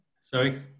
Sorry